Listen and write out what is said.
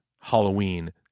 Halloween